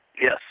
Yes